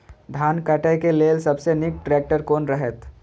धान काटय के लेल सबसे नीक ट्रैक्टर कोन रहैत?